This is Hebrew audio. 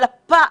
אבל הפער.